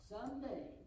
Someday